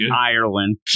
Ireland